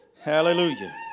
Hallelujah